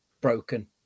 broken